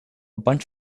bunch